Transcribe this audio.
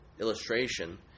illustration